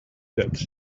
that